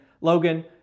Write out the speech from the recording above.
Logan